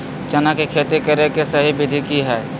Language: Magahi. चना के खेती करे के सही विधि की हय?